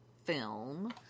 Film